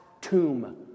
tomb